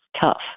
tough